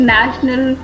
National